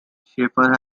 shaffer